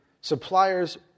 suppliers